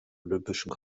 olympischen